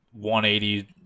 180